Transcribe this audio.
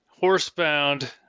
horse-bound